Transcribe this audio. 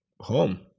home